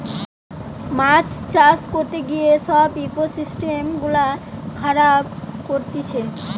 মাছ চাষ করতে গিয়ে সব ইকোসিস্টেম গুলা খারাব করতিছে